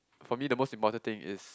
for me the most important thing is